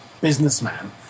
businessman